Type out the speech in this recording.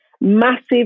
massive